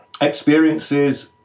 experiences